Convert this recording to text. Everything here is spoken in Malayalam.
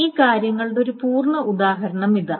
ഈ കാര്യങ്ങളുടെ ഒരു പൂർണ്ണ ഉദാഹരണം ഇതാ